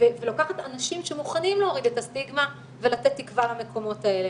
לוקחת אנשים שמוכנים להוריד את הסטיגמה ולתת תקווה למקומות האלה,